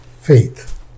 faith